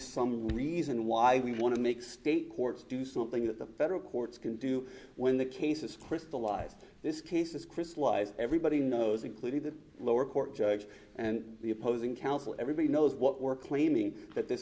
some reason why we want to make state courts do something that the federal courts can do when the case is crystallized this case is crystallized everybody knows including the lower court judge and the opposing counsel everybody knows what we're claiming that th